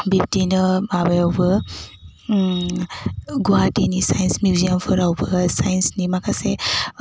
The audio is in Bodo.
बिबदिनो माबायावबो गुवाहाटीनि साइन्स मिउजियामफोरावबो साइन्सनि माखासे